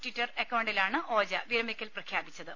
Twitter അക്കൌണ്ടിലാണ് ഓജ വിരമിക്കൽ പ്രഖ്യാപിച്ചത്